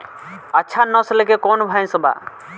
अच्छा नस्ल के कौन भैंस बा?